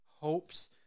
hopes